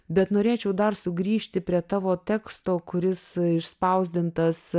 bet norėčiau dar sugrįžti prie tavo teksto kuris išspausdintas